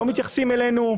שלא מתייחסים אליהם,